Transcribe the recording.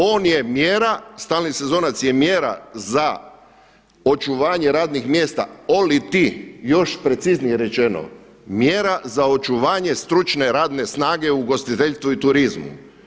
On je mjera, stalni sezonac je mjera za očuvanje radnih mjesta oliti još preciznije rečeno, mjera za očuvanje stručne radne snage u ugostiteljstvu i turizmu.